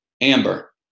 Amber